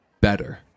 Better